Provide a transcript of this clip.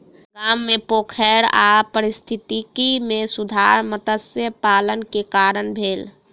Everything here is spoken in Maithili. गाम मे पोखैर आ पारिस्थितिकी मे सुधार मत्स्य पालन के कारण भेल